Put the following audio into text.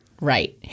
Right